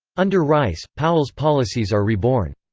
under rice, powell's policies are reborn.